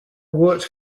worked